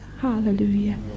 Hallelujah